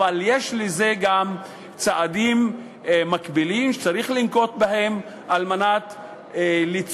אבל יש לזה גם צעדים מקבילים שצריך לנקוט על מנת ליצור,